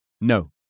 No